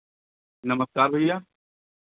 नमस्कार भैया